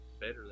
better